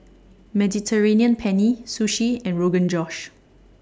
Mediterranean Penne Sushi and Rogan Josh